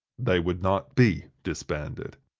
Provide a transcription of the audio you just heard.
they would not be disbanded.